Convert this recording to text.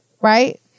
right